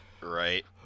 Right